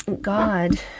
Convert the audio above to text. god